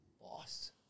boss